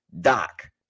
doc